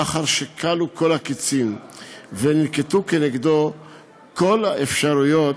לאחר שכלו כל הקצין וננקטו נגדו כל האפשרויות,